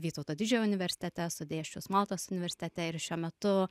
vytauto didžiojo universitete esu dėsčius maltos universitete ir šiuo metu